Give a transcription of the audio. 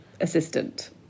assistant